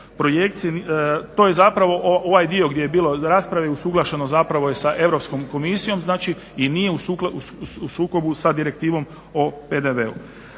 to je zapravo ovaj dio gdje je bilo rasprave i usuglašeno zapravo je sa Europskom komisijom, znači i nije u sukobu sa Direktivom o PDV-u.